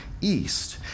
East